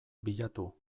bilatu